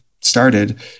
started